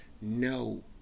No